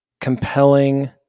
compelling